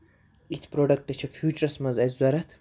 یِتھۍ پرٛوڈَکٹہٕ چھِ فوٗچرَس منٛز اَسہِ ضروٗرتھ